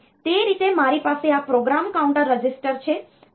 તેથી તે રીતે મારી પાસે આ પ્રોગ્રામ કાઉન્ટર રજીસ્ટર છે